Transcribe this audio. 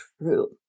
true